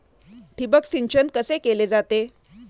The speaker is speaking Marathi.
ठिबक सिंचन कसे केले जाते?